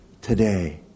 today